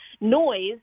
noise